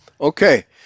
Okay